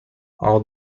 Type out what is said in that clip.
all